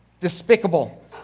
despicable